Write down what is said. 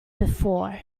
before